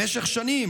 במשך שנים,